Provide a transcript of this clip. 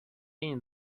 این